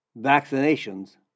vaccinations